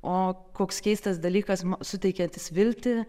o koks keistas dalykas suteikiantis viltį